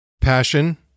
Passion